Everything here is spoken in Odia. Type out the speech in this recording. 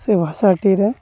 ସେ ଭାଷାଟିର